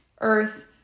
earth